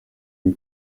iyi